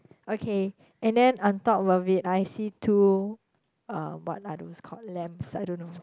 okay and then on top of it I see two uh what are those called lambs I don't know